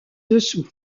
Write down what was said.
dessous